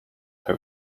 her